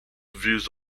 views